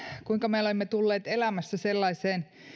kuinka me olemme tulleet elämässä sellaiseen